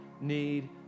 need